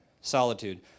Solitude